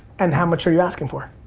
and how much are you asking for?